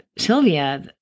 Sylvia